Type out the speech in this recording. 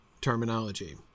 terminology